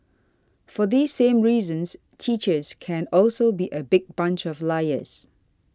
for these same reasons teachers can also be a big bunch of liars